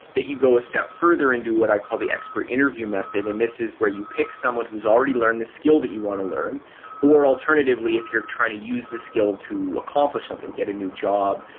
that you go a step further and do what i call the expert interview method. and this is where you pick someone who's already learned the skill that you want to learn or alternatively, if you're trying to use the skill to accomplish something, get a new job,